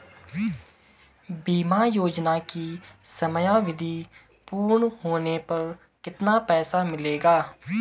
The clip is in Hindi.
बीमा योजना की समयावधि पूर्ण होने पर कितना पैसा मिलेगा?